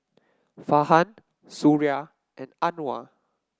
Farhan Suria and Anuar